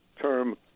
term